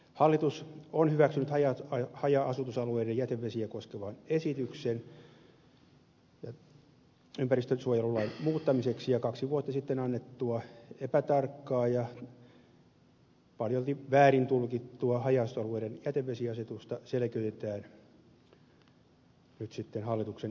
hallitus on hyväksynyt haja asutusalueiden jätevesiä koskevan esityksen ympäristönsuojelulain muuttamiseksi ja kaksi vuotta sitten annettua epätarkkaa ja paljolti väärin tulkittua haja asutusalueiden jätevesiasetusta selkeytetään nyt sitten hallituksen toimesta